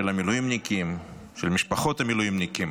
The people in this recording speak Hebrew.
של המילואימניקים, של משפחות המילואימניקים,